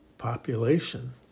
population